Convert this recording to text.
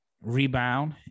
rebound